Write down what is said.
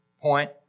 point